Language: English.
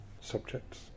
subjects